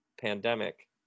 pandemic